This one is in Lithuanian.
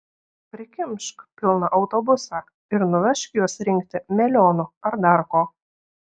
prikimšk pilną autobusą ir nuvežk juos rinkti melionų ar dar ko